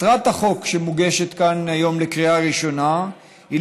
מטרת הצעת החוק שמוגשת כאן היום לקריאה ראשונה היא